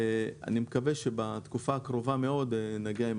אני מקווה שבתקופה הקרובה מאוד נגיע עם